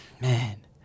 man